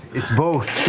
it's both.